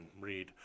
read